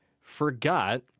forgot